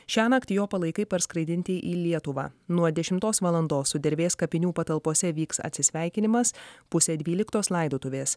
šiąnakt jo palaikai parskraidinti į lietuvą nuo dešimtos valandos sudervės kapinių patalpose vyks atsisveikinimas pusę dvyliktos laidotuvės